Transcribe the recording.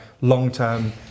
long-term